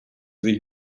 sich